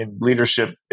leadership